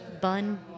bun